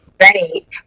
Right